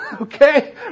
okay